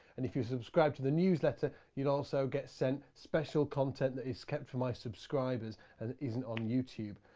and if you subscribe to the news letter, you also get sent special content that is kept for my subscribers and isn't on youtube.